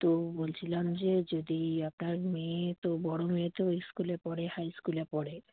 তো বলছিলাম যে যদি আপনার মেয়ে তো বড়ো মেয়ে তো স্কুলে পড়ে হাইস্কুলে পড়ে